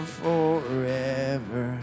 forever